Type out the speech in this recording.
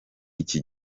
iki